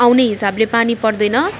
आउने हिसाबले पानी पर्दैन